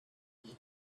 his